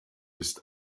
ist